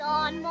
on